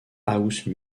house